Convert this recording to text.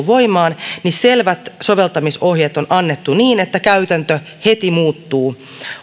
voimaan selvät soveltamisohjeet on annettu niin että asia heti muuttuu